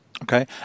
Okay